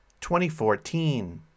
2014